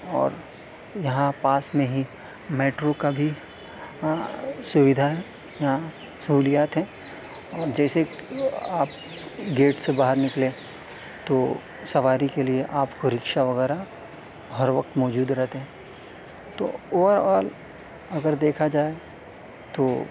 اور یہاں پاس میں ہی میٹرو کا بھی سودھا ہے یہاں سہولیات ہیں اور جیسے آپ گیٹ سے باہر نکلے تو سواری کے لیے آپ کو رکشا وغیرہ ہر وقت موجود رہتے ہیں تو اوورآل اگر دیکھا جائے تو